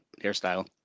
hairstyle